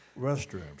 restrooms